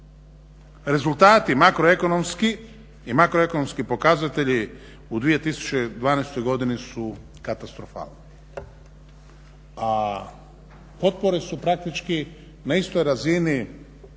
Rezultati makroekonomski i makroekonomski pokazatelji u 2012. godini su katastrofalni. A potpore su praktički na istoj razini.